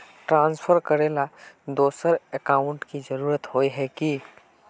Transfer करेला दोसर account की जरुरत होय है की?